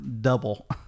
Double